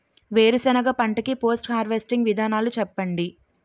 వేరుసెనగ పంట కి పోస్ట్ హార్వెస్టింగ్ విధానాలు చెప్పండీ?